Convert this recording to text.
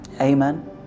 Amen